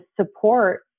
support